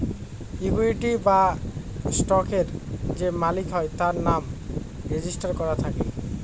equity বা স্টকের যে মালিক হয় তার নাম রেজিস্টার করা থাকে